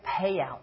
payout